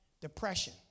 depression